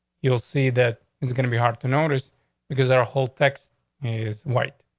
you'll see that it's gonna be hard to notice because their whole text is white,